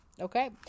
Okay